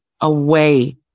away